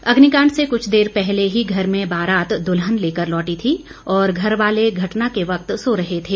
अग्निकांड से कुछ देर पहले ही घर में बारात दुल्हन लेकर लौटी थी और घर वाले घटना के वक्त सो रहे थे